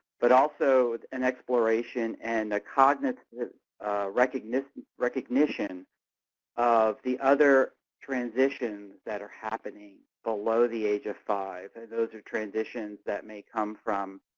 but also an explanation and a cognitive recognition recognition of the other transitions that are happening below the age of five. those are transitions that may come from